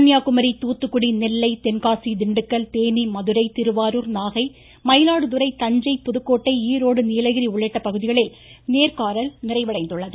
கன்னியாகுமரி தூத்துக்குடி நெல்லை தென்காசி திண்டுக்கல் தேனி மதுரை திருவாரூர் நாகை மயிலாடுதுறை தஞ்சை புதுக்கோட்டை ஈரோடு நீலகிரி உள்ளிட்ட பகுதிகளில் நேர்காணல் நிறைவடைந்துள்ளது